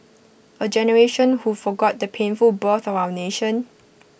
A generation who forgot the painful birth of our nation